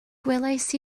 gwelais